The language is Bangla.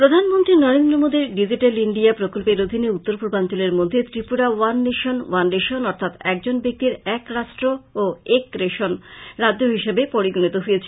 প্রধানমন্ত্রী নরেন্দ্র মোদীর ডিজিটেল ইন্ডিয়া প্রকল্পের অধীনে উত্তরপূর্বাঞ্চলের মধ্যে Tripura one nation one ration অর্থাৎ একজন ব্যাক্তির এক রাষ্ট্র ও এক রেশন রাজ্য হিসেবে পরিগনিত হয়েছে